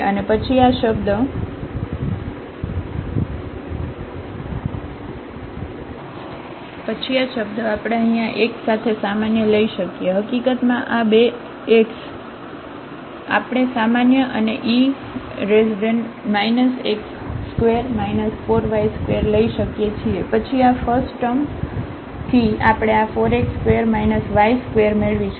અને પછી આ શબ્દ આપણે અહીં આ x સાથે સામાન્ય લઈ શકીએ હકીકતમાં આ 2x આપણે સામાન્ય અને e x2 4y2 લઈ શકીએ છીએ પછી આ ફસ્ટ ટર્મથી આપણે આ 4x2 y2મેળવીશું